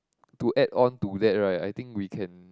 to add on to that right I think we can